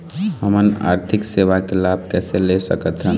हमन आरथिक सेवा के लाभ कैसे ले सकथन?